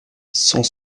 sans